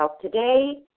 today